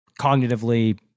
cognitively